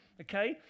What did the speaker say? okay